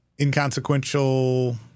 inconsequential